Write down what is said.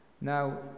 Now